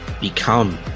become